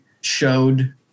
showed